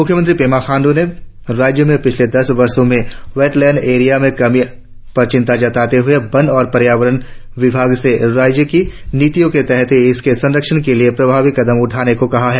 मुख्यमंत्री पेमा खांड्र ने राज्य में पिछले दस वर्षों में वेटलैंड एरिया में कमी पर चिंता जताते हुए वन और पर्यावरण विभाग से राज्य की नीतियों के तहत इसके संरक्षण के लिए प्रभावी कदम उठाने को कहा है